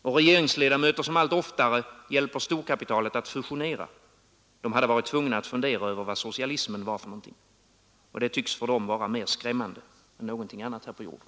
Och regeringsledamöter som allt oftare hjälper storkapitalet att fusionera hade varit tvungna att fundera över vad socialismen var för något. Och det tycks för dem vara mer skrämmande än något annat här på jorden.